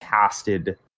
casted